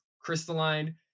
crystalline